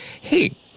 hey